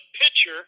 pitcher